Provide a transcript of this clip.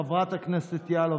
חברת הכנסת יאלוב,